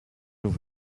have